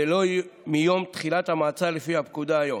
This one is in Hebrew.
ולא מיום תחילת המעצר לפי הפקודה היום,